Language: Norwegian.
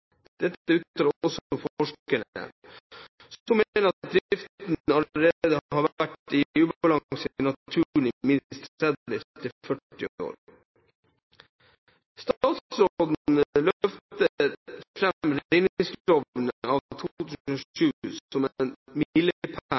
Dette uttaler forskere, som mener at driften allerede har vært i ubalanse med naturen i minst 30–40 år. Statsråden løfter fram reindriftsloven av 2007 som